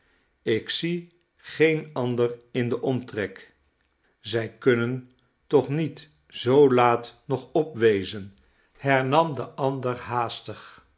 ik zie geen ander in den omtrek zij kunnen toch niet zoo laat nog op wezen hernam de ander haastig